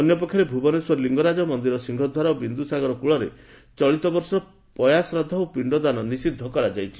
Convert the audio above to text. ଅନ୍ୟପକ୍ଷରେ ଭୁବନେଶ୍ୱର ଲିଙ୍ଗରାଜ ମନିରର ସିଂହଦ୍ୱାରା ଓ ବିଦ୍ଦସାଗର କୃଳରେ ଚଳିତବର୍ଷ ପୟା ଶ୍ରାଦ୍ଧ ଓ ପିଶ୍ଡଦାନ ନିଷିଦ୍ଧ କରାଯାଇଛି